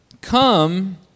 come